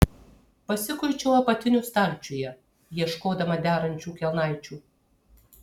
pasikuičiau apatinių stalčiuje ieškodama derančių kelnaičių